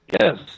Yes